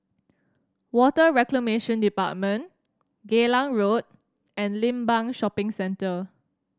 Water Reclamation Department Geylang Road and Limbang Shopping Centre